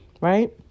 right